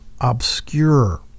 obscure